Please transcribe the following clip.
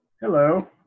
hello